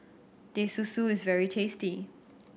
Teh Susu is very tasty